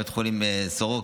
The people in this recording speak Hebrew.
בית חולים סורוקה,